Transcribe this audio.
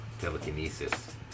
Telekinesis